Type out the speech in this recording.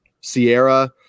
Sierra